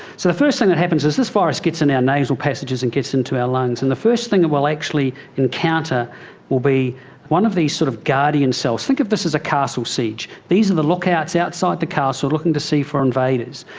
so the first thing that happens is this virus gets in our nasal passages and gets into our lungs, and the first thing it will actually encounter will be one of these sort of guardian cells. think of this as a castle siege. these are the lookouts outside the castle, looking for invaders.